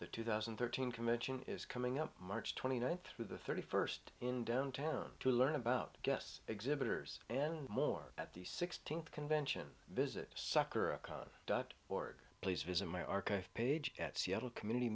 the two thousand and thirteen commission is coming up march twenty ninth through the thirty first in downtown to learn about guests exhibitors and more at the sixteenth convention visit sucker a con dot org please visit my archive page at seattle community